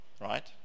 right